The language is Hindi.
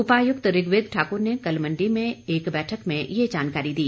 उपायुक्त ऋग्वेद ठाकुर ने कल मंडी में एक बैठक में ये जानकारी दी